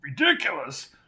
Ridiculous